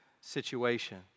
situation